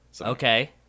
Okay